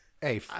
hey